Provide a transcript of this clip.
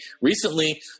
recently